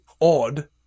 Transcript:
odd